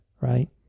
right